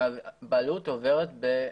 בעלות עוברת בחוזה.